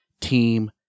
team